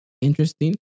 Interesting